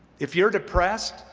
if you're depressed,